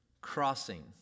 crossing